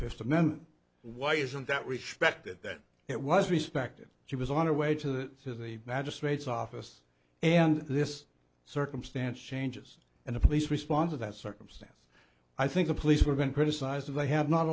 fifth amendment why isn't that respected that it was respected she was on her way to the city magistrate's office and this circumstance changes and the police response to that circumstance i think the police were going to criticize if i have not